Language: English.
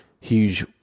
huge